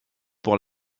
pour